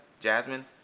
Jasmine